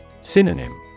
Synonym